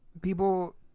People